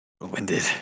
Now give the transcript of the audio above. Winded